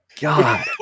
God